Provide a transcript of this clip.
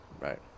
right